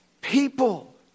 people